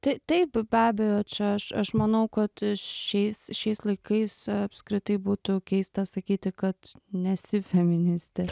tai taip be abejo čia aš aš manau kad šiais šiais laikais apskritai būtų keista sakyti kad nesi feministė